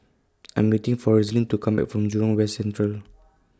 I Am waiting For Roselyn to Come Back from Jurong West Central